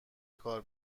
کار